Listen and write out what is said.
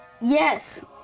Yes